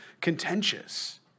contentious